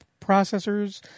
processors